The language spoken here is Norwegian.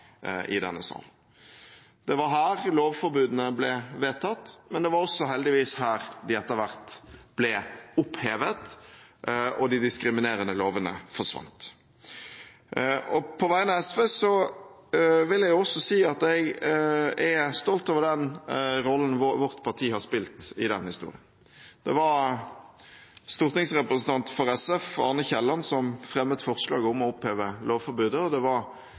i denne sal. Det var her lovforbudene ble vedtatt, men det var også – heldigvis – her de ble opphevet og de diskriminerende lovene forsvant. På vegne av SV vil jeg også si at jeg er stolt over den rollen vårt parti har spilt i denne historien. Det var stortingsrepresentant for SF Arne Kielland som fremmet forslag om å oppheve lovforbudet, og